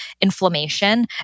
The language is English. inflammation